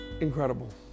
incredible